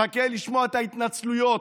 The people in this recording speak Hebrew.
מחכה לשמוע את ההתנצלויות,